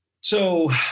So-